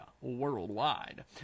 Worldwide